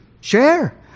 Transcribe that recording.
Share